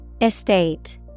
Estate